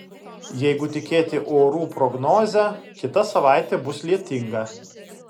jeigu tikėti orų prognoze kita savaitė bus lietinga